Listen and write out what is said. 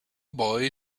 boy